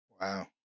Wow